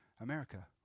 America